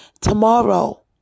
tomorrow